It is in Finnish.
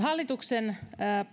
hallituksen